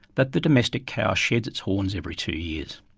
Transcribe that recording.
that the domestic cow sheds its horns every two years.